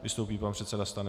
Vystoupí pan předseda Stanjura.